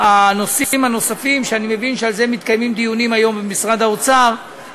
הנושאים הנוספים שאני מבין שעליהם מתקיימים דיונים היום במשרד האוצר,